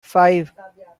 five